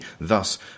Thus